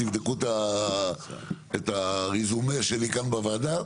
תבדקו את הרזומה שלי כאן בוועדה,